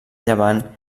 llevant